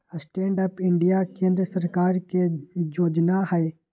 stand up India केंद्र सरकार के जोजना हइ